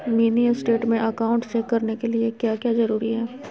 Mini state में account check करने के लिए क्या क्या जरूरी है?